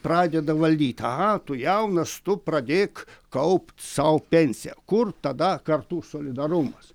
pradeda valdyt aha tu jaunas tu pradėk kaupt sau pensiją kur tada kartų solidarumas